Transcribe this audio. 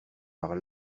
par